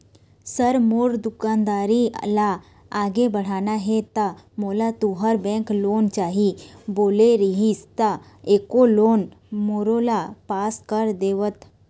Sir मोर दुकानदारी ला आगे बढ़ाना हे ता मोला तुंहर बैंक लोन चाही बोले रीहिस ता एको लोन मोरोला पास कर देतव?